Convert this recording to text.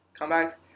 comebacks